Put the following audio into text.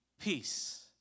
peace